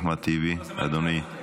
אחמד טיבי, אדוני,